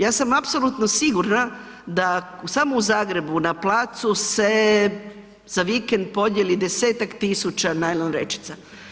Ja sam apsolutno sigurna da samo u Zagrebu na placu se za vikend podjeli 10-tak tisuća najlon vrećica.